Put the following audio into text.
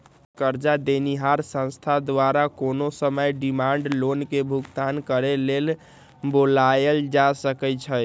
करजा देनिहार संस्था द्वारा कोनो समय डिमांड लोन के भुगतान करेक लेल बोलायल जा सकइ छइ